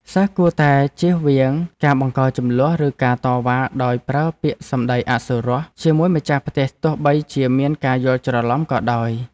សិស្សគួរតែជៀសវាងការបង្កជម្លោះឬការតវ៉ាដោយប្រើពាក្យសម្តីអសុរោះជាមួយម្ចាស់ផ្ទះទោះបីជាមានការយល់ច្រឡំក៏ដោយ។